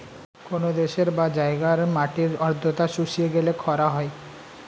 কোন দেশের বা জায়গার মাটির আর্দ্রতা শুষিয়ে গেলে খরা হয়